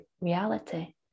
reality